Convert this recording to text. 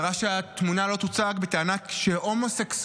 דרש שהתמונה לא תוצג בטענה שהומוסקסואליות